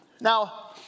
Now